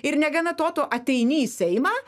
ir negana to tu ateini į seimą